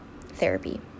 therapy